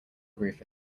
roof